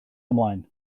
ymlaen